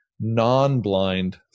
non-blind